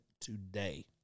today